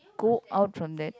go out from that